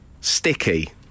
Sticky